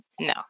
No